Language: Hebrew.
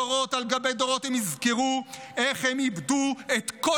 דורות על גבי דורות הם יזכרו איך הם איבדו את כל